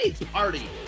party